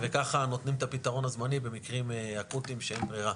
וככה נותנים את הפתרון הזמני במקרים אקוטיים שאין ברירה.